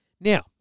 Now